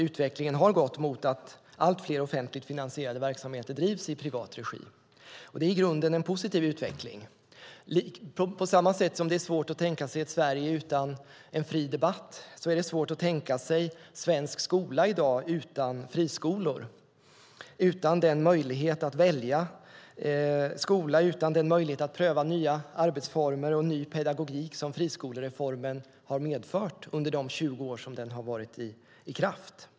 Utvecklingen har gått mot att allt fler offentligt finansierade verksamheter drivs i privat regi, och det är i grunden en positiv utveckling. På samma sätt som det är svårt att tänka sig ett Sverige utan en fri debatt är det svårt att i dag tänka sig svensk skola utan friskolor, utan den möjlighet att välja skola, att pröva nya arbetsformer och ny pedagogik som friskolereformen har medfört under de 20 år som den har varit i kraft.